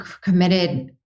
committed